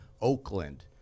Oakland